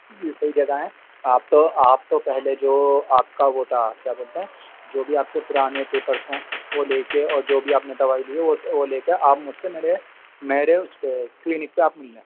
جی صحیح جگہ آئے ہیں آپ تو آپ تو پہلے جو آپ کا وہ تھا کیا بولتے ہیں جو بھی آپ کے پرانے پیپرس ہوں وہ لے کے اور جو بھی آپ نے دوائی لی ہے وہ وہ لے کے آپ مجھ سے میرے میرے اس پہ کلینک پہ آپ ملنا